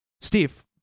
Steve